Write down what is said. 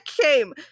came